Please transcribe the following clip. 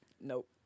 nope